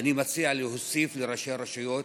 ואני מציע להוסיף לראשי הרשויות